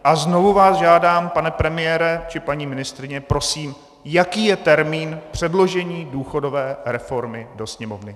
A znovu vás žádám, pane premiére či paní ministryně, prosím, jaký je termín předložení důchodové reformy do Sněmovny?